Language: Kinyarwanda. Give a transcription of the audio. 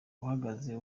uhagaze